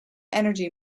energy